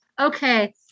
okay